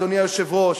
אדוני היושב-ראש,